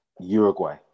Uruguay